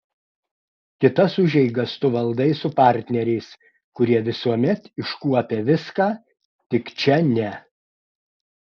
kitas užeigas tu valdai su partneriais kurie visuomet iškuopia viską tik čia ne